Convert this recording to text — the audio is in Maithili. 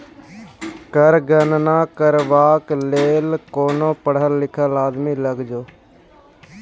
कर गणना करबाक लेल कोनो पढ़ल लिखल आदमी लग जो